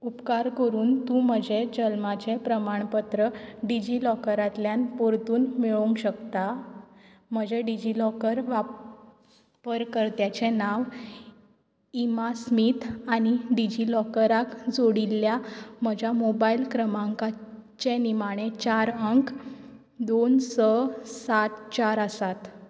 उपकार करून तूं म्हजें जल्माचें प्रमाणपत्र डिजी लॉकरांतल्यान परतून मेळोवंक शकता म्हजें डिजी लॉकर वाप वापरकर्त्याचें नांव इमा स्मीथ आनी डिजी लॉकराक जोडिल्ल्या म्हज्या मोबायल क्रमांकाचे निमाणे चार अंक दोन स सात चार आसात